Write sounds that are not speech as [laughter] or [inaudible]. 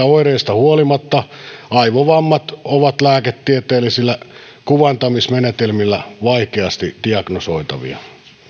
[unintelligible] oireista huolimatta aivovammat ovat lääketieteellisillä kuvantamismenetelmillä vaikeasti diagnosoitavia